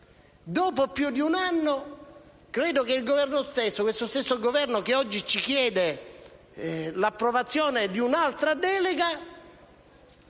Dopo più di un anno, credo che lo stesso Governo, che oggi ci chiede l'approvazione di un'altra delega,